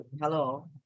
hello